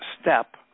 step